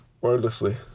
wordlessly